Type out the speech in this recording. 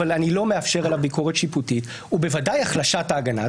אני לא מאפשר על ביקורת שיפוטית ובוודאי החלשת ההגנה,